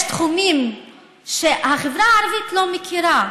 יש תחומים שהחברה הערבית לא מכירה: